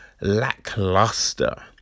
lackluster